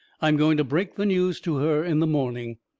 i'm going to break the news to her in the morning.